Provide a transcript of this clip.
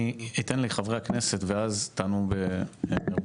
אני אתן לחברי הכנסת ואז תענו במרוכז.